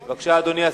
בבקשה, אדוני השר.